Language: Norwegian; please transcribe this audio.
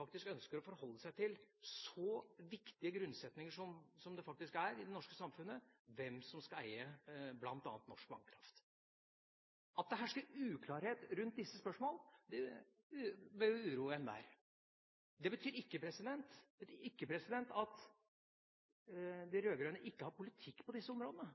ønsker å forholde seg til så viktige grunnsetninger som dette faktisk er i det norske samfunnet, hvem som skal eie bl.a. norsk vannkraft. At det hersker uklarhet rundt disse spørsmålene, bør uroe noen og enhver. Det betyr ikke at de rød-grønne ikke har politikk på disse områdene